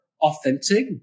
authentic